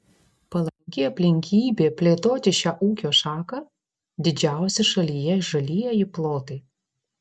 palanki aplinkybė plėtoti šią ūkio šaką didžiausi šalyje žalieji plotai